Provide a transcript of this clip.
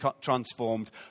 transformed